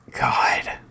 God